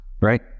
right